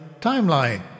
timeline